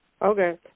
Okay